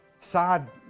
Sad